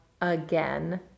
again